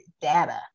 data